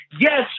yes